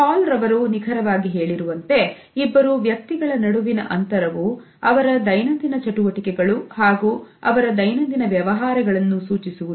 ಹಾಲ್ ರವರು ನಿಖರವಾಗಿ ಹೇಳಿರುವಂತೆ ಇಬ್ಬರು ವ್ಯಕ್ತಿಗಳ ನಡುವಿನ ಅಂತರವು ಅವರ ದೈನಂದಿನ ಚಟುವಟಿಕೆಗಳು ಹಾಗೂ ಅವರ ದೈನಂದಿನ ವ್ಯವಹಾರಗಳನ್ನು ಸೂಚಿಸುವುದು